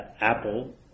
Apple